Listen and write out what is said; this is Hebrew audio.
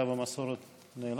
המסורת, נעלם.